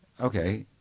okay